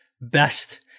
best